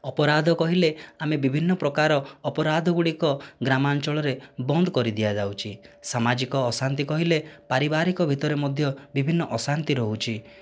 ଅପରାଧ କହିଲେ ଆମେ ବିଭିନ୍ନ ପ୍ରକାର ଅପରାଧ ଗୁଡ଼ିକ ଗ୍ରାମାଞ୍ଚଳରେ ବନ୍ଦ କରିଦିଆଯାଉଛି ସାମାଜିକ ଅଶାନ୍ତି କହିଲେ ପାରିପାରିକ ଭିତରେ ମଧ୍ୟ ବିଭିନ୍ନ ଅଶାନ୍ତି ରହୁଛି